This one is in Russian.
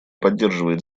поддерживает